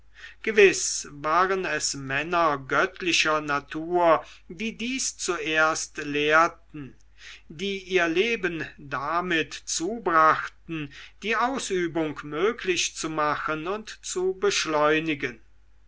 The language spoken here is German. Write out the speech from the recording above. gewiß waren es männer göttlicher natur die dies zuerst lehrten die ihr leben damit zubrachten die ausübung möglich zu machen und zu beschleunigen